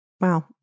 Wow